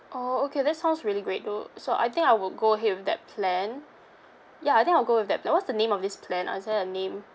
oh okay that sounds really great though so I think I would go ahead with that plan ya I think I'll go with that plan what's the name of this plan ah is there a name